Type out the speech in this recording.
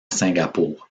singapour